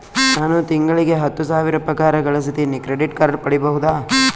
ನಾನು ತಿಂಗಳಿಗೆ ಹತ್ತು ಸಾವಿರ ಪಗಾರ ಗಳಸತಿನಿ ಕ್ರೆಡಿಟ್ ಕಾರ್ಡ್ ಪಡಿಬಹುದಾ?